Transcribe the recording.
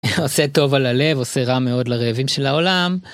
עושה טוב על הלב עושה רע מאוד לרעבים של העולם.